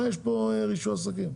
מה יש פה שמחייב רישוי עסקים?